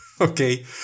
okay